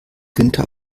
günther